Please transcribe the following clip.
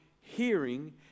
hearing